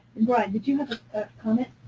bryan, did you have a comment.